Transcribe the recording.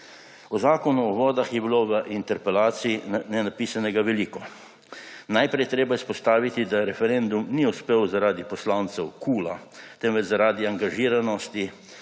O Zakonu o vodah je bilo v interpelaciji napisanega veliko. Najprej je treba izpostaviti, da referendum ni uspel zaradi poslancev KUL, temveč zaradi angažiranosti